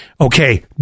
Okay